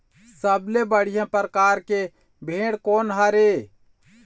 सबले बढ़िया परकार के भेड़ कोन हर ये?